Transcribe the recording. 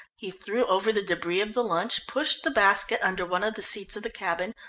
he threw over the debris of the lunch, pushed the basket under one of the seats of the cabin,